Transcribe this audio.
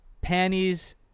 panties